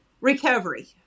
recovery